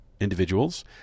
individuals